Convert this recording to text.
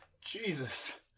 Jesus